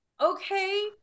okay